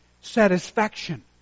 Satisfaction